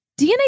DNA